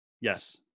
Yes